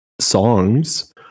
songs